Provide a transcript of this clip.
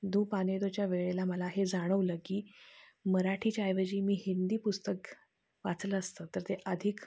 धूप आणि दोहेच्या वेळेला मला हे जाणवलं की मराठीच्या ऐवजी मी हिंदी पुस्तक वाचलं असतं तर ते अधिक